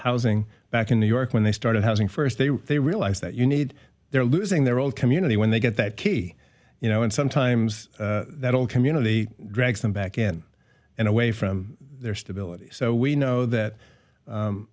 housing back in new york when they started housing first they were they realize that you need they're losing their old community when they get that key you know and sometimes that old community drags them back in and away from their stability so we know that